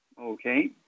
Okay